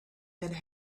and